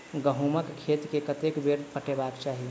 गहुंमक खेत केँ कतेक बेर पटेबाक चाहि?